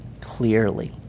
clearly